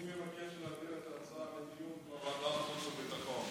אני מבקש להעביר את ההצעה לדיון בוועדת החוץ והביטחון.